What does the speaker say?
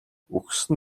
үхсэн